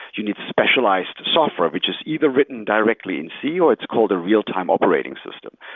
you need specialized software, which is either written directly in c or it's called a real-time operating system.